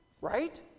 right